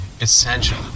essential